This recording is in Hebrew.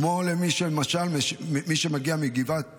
כמו למי שמגיע מגבעת